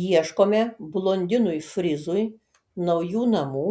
ieškome blondinui frizui naujų namų